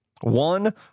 One